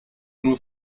nur